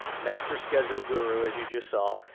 master schedule guru as you just saw,